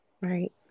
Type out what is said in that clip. right